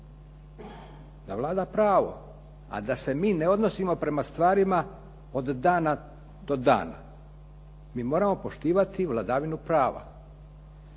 da vlada pravo. A da se mi ne odnosimo prema stvarima od dana do dana, mi moramo poštivati vladavinu prava.